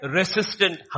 resistant